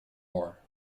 more